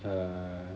uh